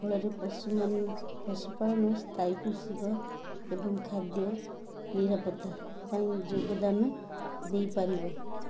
ଫଳରେ ପଶୁମାନେ ପଶୁପାଳନ ସ୍ଥାୟୀ କୃଷକ ଏବଂ ଖାଦ୍ୟ ନିରାପତା ପାଇଁ ଯୋଗଦାନ ଦେଇପାରିବ